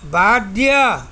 বাদ দিয়া